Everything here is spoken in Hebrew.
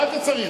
מה אתה צריך,